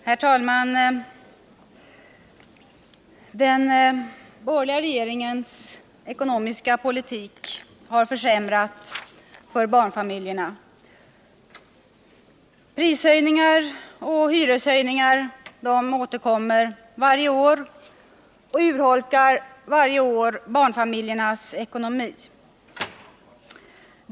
Herr talman! Den borgerliga regeringens ekonomiska politik har försämrat situationen för barnfamiljerna. Prisoch hyreshöjningar återkommer varje år och urholkar barnfamiljernas ekonomi.